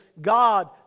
God